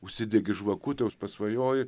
užsidegi žvakutę pasvajoji